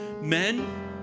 Men